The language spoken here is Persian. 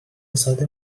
ساده